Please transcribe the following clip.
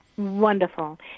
Wonderful